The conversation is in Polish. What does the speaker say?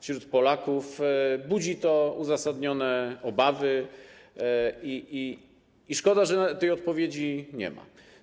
Wśród Polaków budzi to uzasadnione obawy i szkoda, że tej odpowiedzi nie ma.